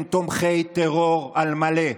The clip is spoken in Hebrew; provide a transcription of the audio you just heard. הם תומכי טרור על מלא,